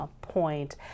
Point